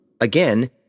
again